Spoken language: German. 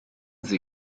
sie